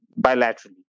bilaterally